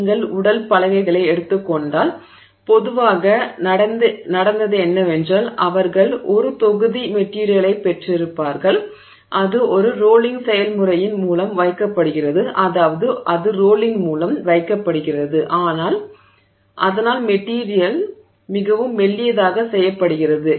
நீங்கள் உடல் பலகைகளை எடுத்துக் கொண்டால் பொதுவாக நடந்தது என்னவென்றால் அவர்கள் ஒரு தொகுதி மெட்டிரியலைப் பெற்றிருப்பார்கள் அது ஒரு ரோலிங் செயல்முறையின் மூலம் வைக்கப்படுகிறது அதாவது அது ரோலிங் மூலம் வைக்கப்படுகிறது அதனால் மெட்டிரியல் மிகவும் மெல்லியதாக செய்யப்படுகிறது